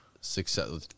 successful –